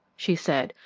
she said,